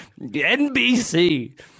NBC